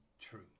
true